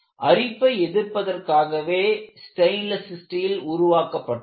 அரிப்பை எதிர்ப்பதற்காகவே stainless steel உருவாக்கப்பட்டது